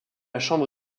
chambre